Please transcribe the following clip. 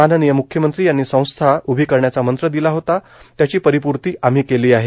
म्ख्यमंत्री यांनी संस्था उभी करण्याचा मंत्र दिला होता त्याची परिपूर्ति आम्ही केली आहे